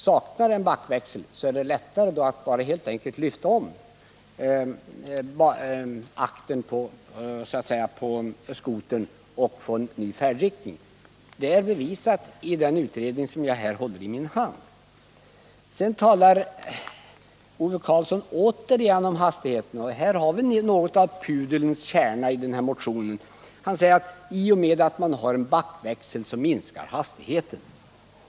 Saknar skotern backväxel är det lättare att helt enkelt lyfta upp aktern och ändra färdriktningen. Det är bevisat i den utredning som jag har här i min hand. Sedan talar Ove Karlsson återigen om hastigheten. Detta är något av pudelns kärna i den här motionen. Han säger att i och med att man har en backväxel så minskar hastigheten.